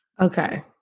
Okay